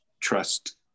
trust